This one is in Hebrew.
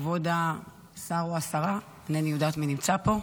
כבוד השר או השרה, אינני יודעת מי נמצא פה,